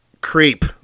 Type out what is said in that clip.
Creep